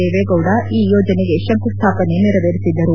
ದೇವೇಗೌಡ ಈ ಯೋಜನೆಗೆ ಶಂಕುಸ್ವಾಪನೆ ನೆರವೇರಿಸಿದ್ದರು